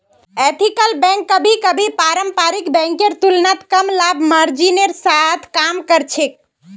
ethical bank कभी कभी पारंपरिक बैंकेर तुलनात कम लाभ मार्जिनेर साथ काम कर छेक